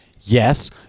Yes